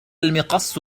المقص